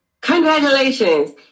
congratulations